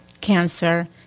cancer